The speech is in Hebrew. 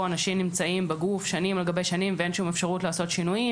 אנשים נמצאים בגוף שנים על גבי שנים ואין שום אפשרות לעשות שינויים.